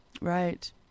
Right